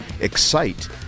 excite